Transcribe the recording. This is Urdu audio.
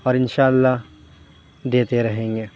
اور اِنشاء اللہ دیتے رہیں گے